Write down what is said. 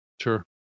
Sure